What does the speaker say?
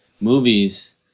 movies